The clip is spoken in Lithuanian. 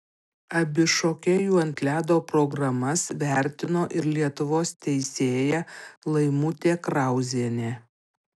abi šokėjų ant ledo programas vertino ir lietuvos teisėja laimutė krauzienė